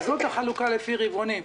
זאת החלוקה לפי רבעונים.